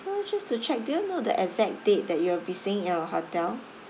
so just to check do you know the exact date that you will be staying in our hotel